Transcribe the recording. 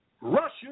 Russia